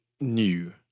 new